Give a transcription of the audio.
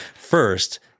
first